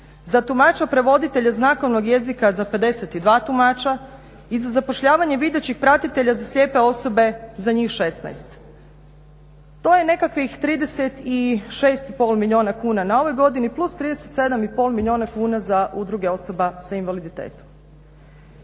za tumača prevoditelja znakovnog jezika za 52 tumača i za zapošljavanje videćih pratitelja za slijepe osobe za njih 16. To je nekakvih 36,5 milijuna kuna na ovoj godini plus 37,5 milijuna kuna za udruge osoba sa invaliditetom.